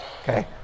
Okay